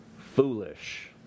foolish